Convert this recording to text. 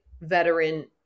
veteran